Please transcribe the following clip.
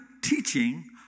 teaching